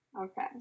Okay